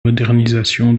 modernisation